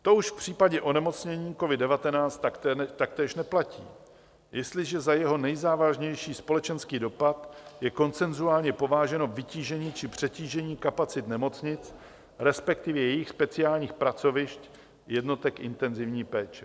To už v případě onemocnění covid19 taktéž neplatí, jestliže za jeho nejzávažnější společenský dopad je konsenzuálně považováno vytížení či přetížení kapacit nemocnic, respektive jejich speciálních pracovišť jednotek intenzivní péče.